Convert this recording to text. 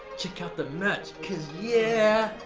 check out the merch, cause yeah!